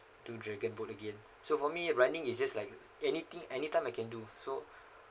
do dragon boat again so for me running is just like anything anytime I can do so